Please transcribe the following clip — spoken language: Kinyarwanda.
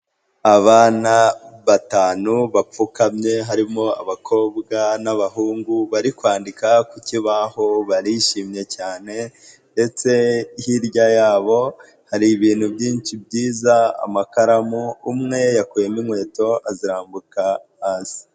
Abana batanu bapfukamye harimo abakobwa n'abahungu bari kwandika ku kibahu, barishimye cyane ndetse hirya yabo hari ibintu byinshi byiza amakaramu, umwe yakuyemo inkweto azirambika hasi.